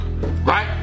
right